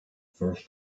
first